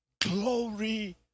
glory